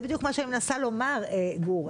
בטח במושבים בכל מה שקשור לקיום החוק והקריטריונים לקבלה,